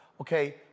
Okay